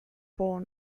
born